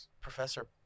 Professor